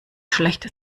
schlecht